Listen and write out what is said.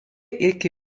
iki